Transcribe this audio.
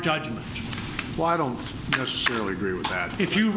judgment why don't necessarily agree with that if you